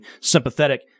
sympathetic